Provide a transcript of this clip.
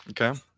Okay